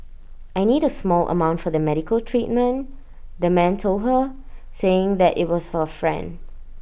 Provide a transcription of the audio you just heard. I need A small amount for the medical treatment the man told her saying that IT was for A friend